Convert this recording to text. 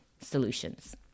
solutions